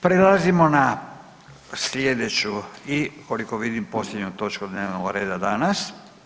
Prelazimo na slijedeću i koliko vidim posljednju točku dnevnog rada danas.